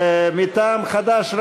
מטעם חד"ש,